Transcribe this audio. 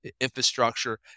infrastructure